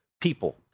people